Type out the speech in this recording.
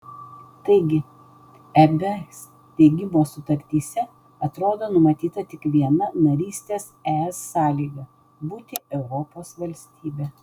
taigi eb steigimo sutartyse atrodo numatyta tik viena narystės es sąlyga būti europos valstybe